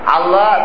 Allah